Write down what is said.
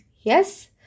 yes